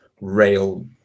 rail